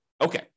okay